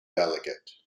delegate